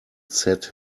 set